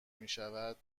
میشود